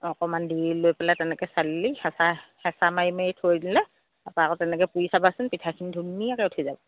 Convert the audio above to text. অকণমান দি লৈ পেলাই তেনেকৈ চালিলে তাপা হেঁচা মাৰি মাৰি থৈ দিলে তাপা আকৌ পুৰি চাবাচোন পিঠাখিনি ধুনীয়াকৈ উঠি যাব